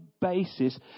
basis